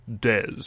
Des